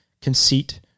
conceit